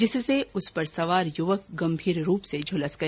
जिससे उसपर सवार युवक गंभीर रूप से झुलस गया